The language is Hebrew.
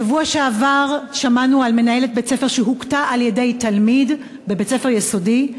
בשבוע שעבר שמענו על מנהלת בית-ספר שהוכתה על-ידי תלמיד בבית-ספר יסודי.